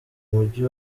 mujyi